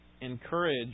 encourage